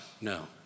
No